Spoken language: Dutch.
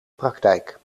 praktijk